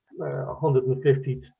150